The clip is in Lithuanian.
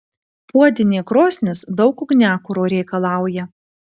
puodinė krosnis daug ugniakuro reikalauja